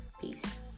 Peace